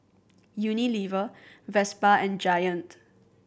Unilever Vespa and Giant